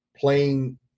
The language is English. playing